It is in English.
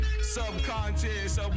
subconscious